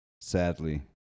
sadly